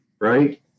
right